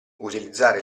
utilizzare